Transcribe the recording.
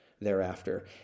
thereafter